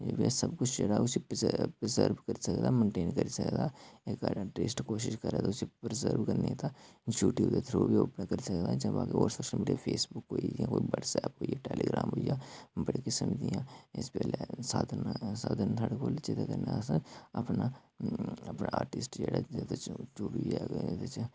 एह् सब किश जेह्ड़ा उसी प्रजर्व प्रजर्व करी सकदा मेनटेन करी सकदा एह् बैस्ट कोशश करा ते उसी प्रजर्व करने दा यूटयूब दे थ्रू बी ओह् प्रजर्व करी सकदा जियां कोई फेसबुक होई गेआ कोई ब्हटसैप होई गे टैलीग्राम होई गे बड़े किसम दियां इस बेल्लै साधन न साढ़े कोल जेह्दे कन्नै अस अपना अपना आर्टिस्ट जो बी ऐ एह्दे च अपना